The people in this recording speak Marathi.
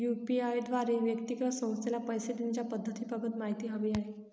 यू.पी.आय द्वारे व्यक्ती किंवा संस्थेला पैसे देण्याच्या पद्धतींबाबत माहिती हवी आहे